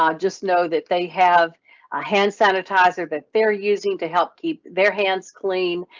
um just know that they have a hand sanitizer that they're using to help keep their hands clean.